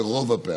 ברוב הפעמים.